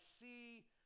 see